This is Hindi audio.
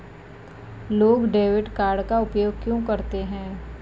लोग डेबिट कार्ड का उपयोग क्यों करते हैं?